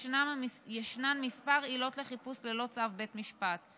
יש כמה עילות לחיפוש ללא צו בית משפט.